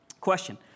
question